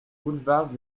boulevard